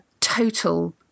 total